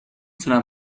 تونم